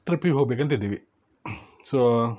ಟ್ರಿಪ್ಪಿಗೆ ಹೋಗ್ಬೇಕಂತ ಇದ್ದೀವಿ ಸೋ